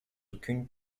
aucune